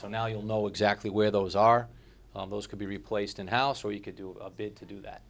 so now you'll know exactly where those are those could be replaced in house where you could do it to do that